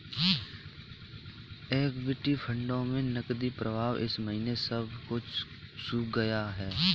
equity फंडों में नकदी प्रवाह इस महीने सब कुछ सूख गया है